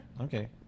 Okay